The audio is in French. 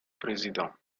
président